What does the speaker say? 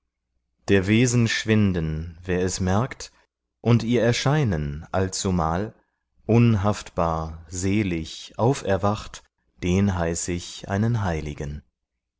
der wesen schwinden wer es merkt und ihr erscheinen allzumal unhaftbar selig auferwacht den heiß ich einen heiligen